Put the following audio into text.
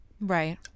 Right